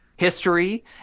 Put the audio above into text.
history